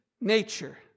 nature